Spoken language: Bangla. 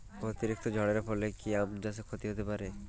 অতিরিক্ত ঝড়ের ফলে কি আম চাষে ক্ষতি হতে পারে?